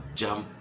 jump